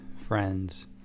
friends